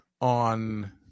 on